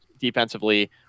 defensively